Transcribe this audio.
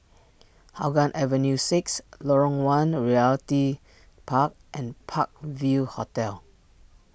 Hougang Avenue six Lorong one Realty Park and Park View Hotel